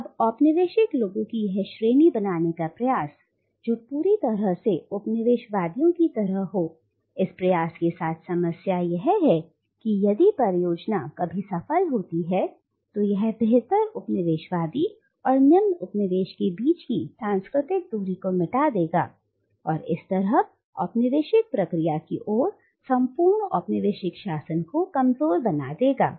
" अब औपनिवेशिक लोगों की एक श्रेणी बनाने का प्रयास जो पूरी तरह से उपनिवेश वादियों की तरह हो इस प्रयास के साथ समस्या यह है कि यदि परियोजना कभी सफल होती है तो यह बेहतर उपनिवेशवादी और निम्न उपनिवेश के बीच की सांस्कृतिक दूरी को मिटा देगा और इस तरह पूरी औपनिवेशिक प्रक्रिया को और संपूर्ण औपनिवेशिक शासन को कमजोर बना देगा